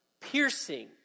Piercing